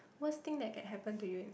worst thing that can happen to you is